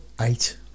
eight